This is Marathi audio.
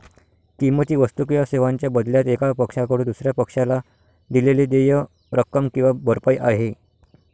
किंमत ही वस्तू किंवा सेवांच्या बदल्यात एका पक्षाकडून दुसर्या पक्षाला दिलेली देय रक्कम किंवा भरपाई आहे